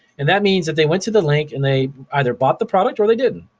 and that means that they went to the link and they either bought the product or they didn't.